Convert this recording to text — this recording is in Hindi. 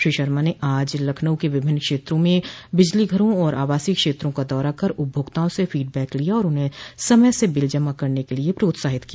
श्री शर्मा ने आज लखनऊ के विभिन्न क्षेत्रों में बिजली घरों और आवासीय क्षेत्रों का दौरा कर उपभोक्ताओं से फीड बैक लिया और उन्हें समय से बिल जमा करने के लिये प्रोत्साहित किया